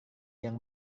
yang